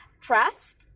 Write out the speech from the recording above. trust